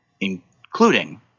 including